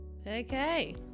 Okay